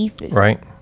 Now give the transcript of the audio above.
Right